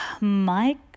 Mike